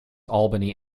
albany